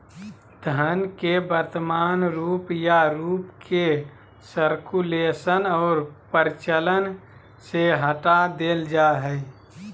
धन के वर्तमान रूप या रूप के सर्कुलेशन और प्रचलन से हटा देल जा हइ